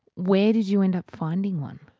where did you end up finding one?